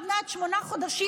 עוד מעט שמונה חודשים,